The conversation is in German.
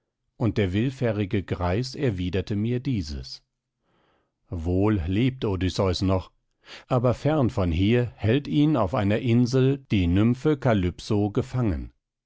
und der willfährige greis erwiderte mir dieses wohl lebt odysseus noch aber fern von hier hält ihn auf einer insel die nymphe kalypso gefangen